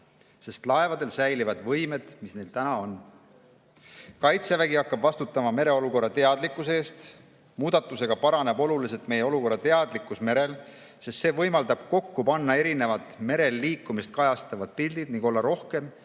sest laevadel säilivad võimed, mis neil täna on. Kaitsevägi hakkab vastutama mereolukorrateadlikkuse eest. Muudatusega paraneb oluliselt meie olukorrateadlikkus merel, sest see võimaldab kokku panna erinevad merel liikumist kajastavad pildid ning olla rohkem